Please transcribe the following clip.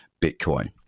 Bitcoin